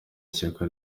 ishyaka